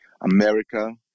America